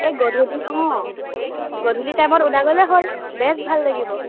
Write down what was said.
এই গধূলি অঁ গধূলি টাইমত ওলাই গ'লে হ'ল বেছ ভাল লাগিব